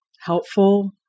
helpful